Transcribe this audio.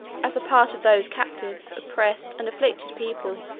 as a part of those captived, oppressed, and afflicted people,